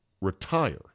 retire